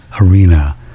arena